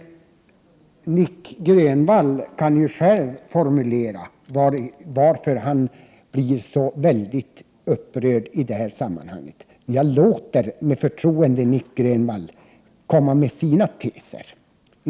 Nic Grönvall kan ju själv förklara varför han blir så väldigt upprörd i det här sammanhanget. Med förtroende låter jag Nic Grönvall komma med sina teser.